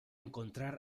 encontrar